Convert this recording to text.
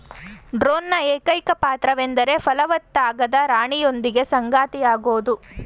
ಡ್ರೋನ್ನ ಏಕೈಕ ಪಾತ್ರವೆಂದರೆ ಫಲವತ್ತಾಗದ ರಾಣಿಯೊಂದಿಗೆ ಸಂಗಾತಿಯಾಗೋದು